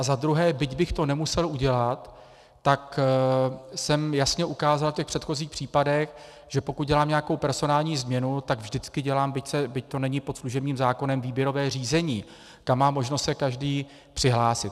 Za druhé, byť bych to nemusel udělat, tak jsem jasně ukázal na předchozích případech, že pokud dělám nějakou personální změnu, tak vždycky dělám, byť to není pod služebním zákonem, výběrové řízení, kam má možnost se každý přihlásit.